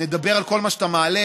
ונדבר על כל מה שאתה מעלה.